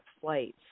flights